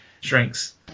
shrinks